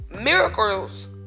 Miracles